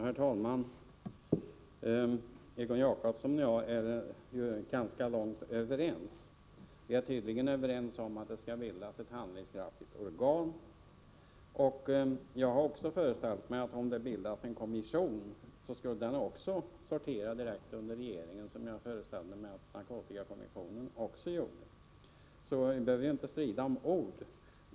Herr talman! Egon Jacobsson och jag är överens i rätt mycket. Vi är tydligen överens om att det bör bildas ett handlingskraftigt organ. Jag har också föreställt mig, att om det bildas en kommission, skulle den sortera direkt under regeringen, som jag antar att narkotikakommissionen har gjort. Vi behöver inte strida om ord.